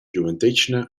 giuventetgna